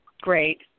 Great